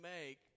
make